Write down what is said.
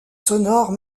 sonore